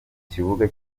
kibuga